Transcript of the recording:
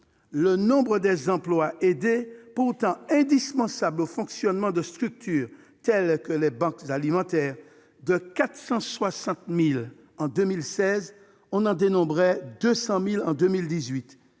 Le nombre des emplois aidés, pourtant indispensables au fonctionnement de structures telles que les banques alimentaires, est passé de 460 000 en 2016 à 200 000 en 2018.